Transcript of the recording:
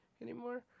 anymore